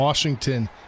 Washington